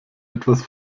etwas